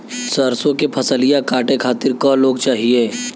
सरसो के फसलिया कांटे खातिन क लोग चाहिए?